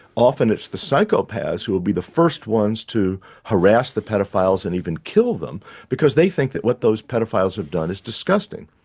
often it's the psychopaths who will be the first ones to harass the paedophiles and even kill them because they think that what those paedophiles have done is disgusting.